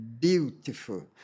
beautiful